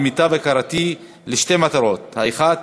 למיטב הכרתי, לשתי מטרות: האחת